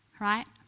Right